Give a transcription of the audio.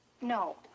No